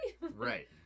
Right